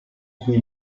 cui